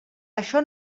això